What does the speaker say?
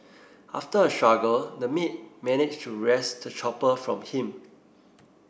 after a struggle the maid managed to wrest the chopper from him